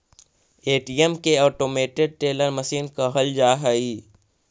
ATM के automated teller machine कहल जा हइ